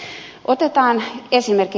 otetaan esimerkki